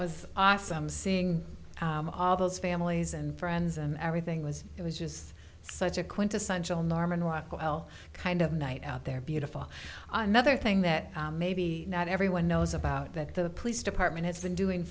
was awesome seeing all those families and friends and everything was it was just such a quintessential norman rockwell kind of night out there beautiful another thing that maybe not everyone knows about that the police department has been doing